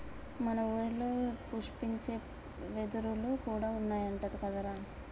మన ఊరిలో పుష్పించే వెదురులు కూడా ఉన్నాయంట కదరా